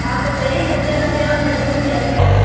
आप बताइए पहले आप क्या मेन्यू में क्या क्या है